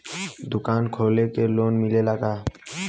दुकान खोले के लोन मिलेला का?